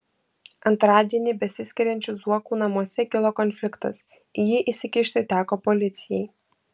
antradienį besiskiriančių zuokų namuose kilo konfliktas į jį įsikišti teko policijai